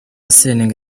seninga